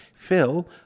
Phil